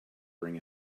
bring